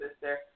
sister